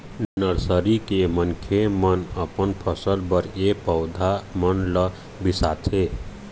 nursery के मनखे मन अपन फसल बर ए पउधा मन ल बिसाथे